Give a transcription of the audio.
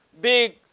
big